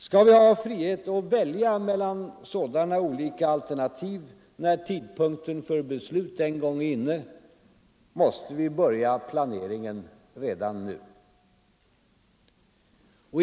Skall vi ha frihet att välja mellan olika sådana alternativ när tidpunkten för beslut en gång är inne, så måste vi börja planeringen redan nu.